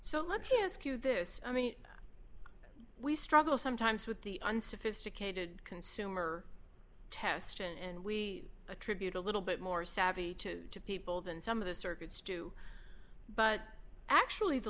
to ask you this i mean we struggle sometimes with the unsophisticated consumer test and we attribute a little bit more savvy to people than some of the circuits do but actually the